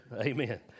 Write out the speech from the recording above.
Amen